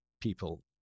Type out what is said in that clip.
people